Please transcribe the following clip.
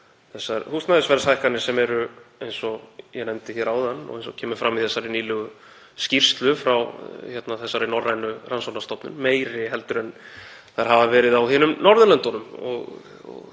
þessar húsnæðisverðshækkanir sem eru, eins og ég nefndi áðan og eins og kemur fram í þessari nýlegu skýrslu frá norrænu rannsóknarstofnuninni, meiri en þær hafa verið á hinum Norðurlöndunum,